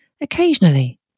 Occasionally